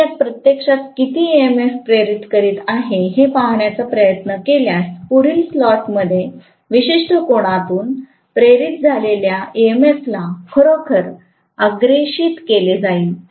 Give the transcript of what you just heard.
मी यात प्रत्यक्षात किती ईएमएफ प्रेरित आहे हे पाहण्याचा प्रयत्न केल्यास पुढील स्लॉटमध्ये विशिष्ट कोनातून प्रेरित झालेल्या ईएमएफला खरोखर अग्रेषित केले जाईल